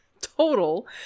total